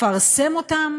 לפרסם אותם